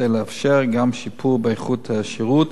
כדי לאפשר גם שיפור באיכות השירות